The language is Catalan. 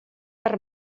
per